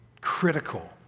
critical